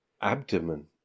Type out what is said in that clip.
abdomen